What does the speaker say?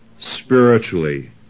spiritually